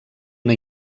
una